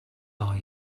are